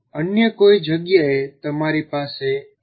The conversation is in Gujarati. અન્ય કોઈ જગ્યાએ તમારી પાસે એલ